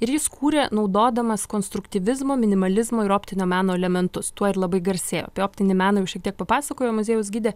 ir jis kūrė naudodamas konstruktyvizmo minimalizmo ir optinio meno elementus tuo ir labai garsėjo apie optinį meną jau šiek tiek papasakojo muziejaus gidė